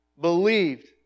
believed